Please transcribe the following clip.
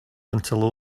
until